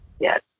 Yes